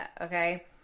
okay